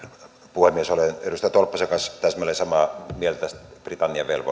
puhemies olen edustaja tolppasen kanssa täsmälleen samaa mieltä näistä britannian